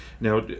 Now